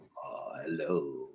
Hello